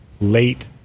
late